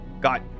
got